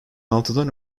altıdan